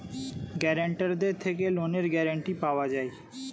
গ্যারান্টারদের থেকে লোনের গ্যারান্টি পাওয়া যায়